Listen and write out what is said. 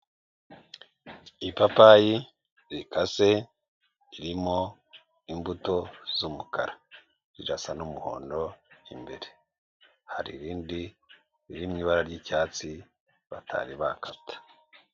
Ipapayi rikase ririmo imbuto z'umukara rirasa n'umuhondo imbere. Hari irindi riri mu ibara ry'icyatsi batari bakata.